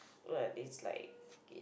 but it's like